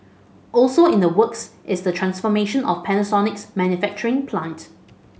also in the works is the transformation of Panasonic's manufacturing plant